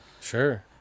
Sure